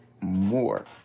more